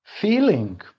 feeling